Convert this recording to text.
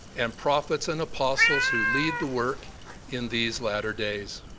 and prophets and apostles who lead the work in these latter days.